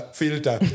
filter